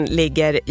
ligger